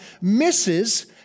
misses